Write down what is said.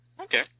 Okay